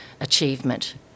achievement